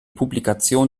publikation